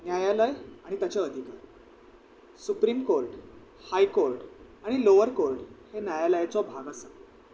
न्यायालय आनी ताचे अधिकर सुप्रीम कोर्ट हाय कोर्ट आनी लोवर कोर्ट हे न्यायालयाचो भाग आसा